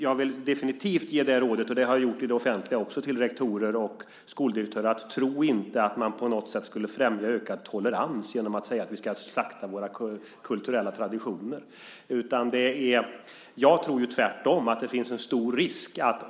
Jag vill dock definitivt ge ett råd, och det har jag gjort i det offentliga också, till rektorer och skoldirektörer: Tro inte att man på något sätt skulle främja ökad tolerans genom att säga att vi ska slakta våra kulturella traditioner. Jag tror ju tvärtom, att det finns en stor risk i detta.